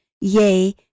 Yea